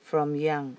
from young